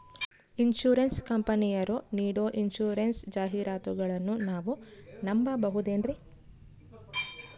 Insurance ಕಂಪನಿಯರು ನೀಡೋ insurance ಜಾಹಿರಾತುಗಳನ್ನು ನಾವು ನಂಬಹುದೇನ್ರಿ?